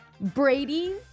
Brady